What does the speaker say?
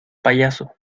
payaso